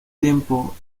tiempo